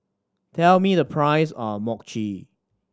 tell me the price of Mochi